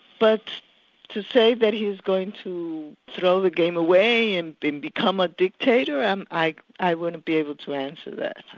but to say that he's going to throw the game away and become become a dictator, and i i wouldn't be able to answer that.